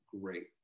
great